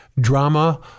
drama